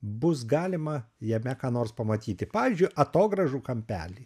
bus galima jame ką nors pamatyti pavyzdžiui atogrąžų kampelį